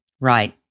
Right